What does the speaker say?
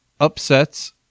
upsets